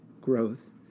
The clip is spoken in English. growth